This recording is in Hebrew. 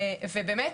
באמת,